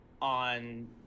on